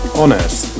honest